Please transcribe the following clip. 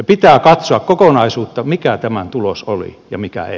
pitää katsoa kokonaisuutta mikä tämän tulos oli ja mikä ei